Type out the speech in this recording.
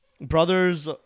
brothers